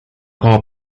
como